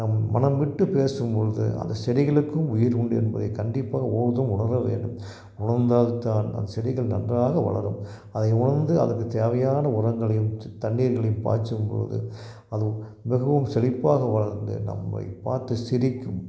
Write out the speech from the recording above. நம் மனம் விட்டு பேசும் பொலுது அந்தச் செடிகளுக்கும் உயிர் உண்டு என்பதை கண்டிப்பாக ஒவ்வொருத்தரும் உணர வேண்டும் உணர்ந்தால் தான் அந்தச் செடிகள் நன்றாக வளரும் அதை உணர்ந்து அதுக்கு தேவையான உரங்களையும் தண்ணீர்களையும் பாய்ச்சும் பொழுது அது மிகவும் செழிப்பாக வளர்ந்து நம்மை பார்த்து சிரிக்கும்